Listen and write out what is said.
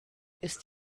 ist